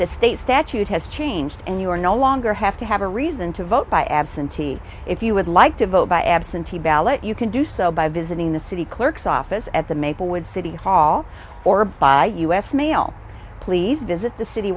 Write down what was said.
the state statute has changed and you are no longer have to have a reason to vote by absentee if you would like to vote by absentee ballot you can do so by visiting the city clerk's office at the maplewood city hall or by us mail please visit the city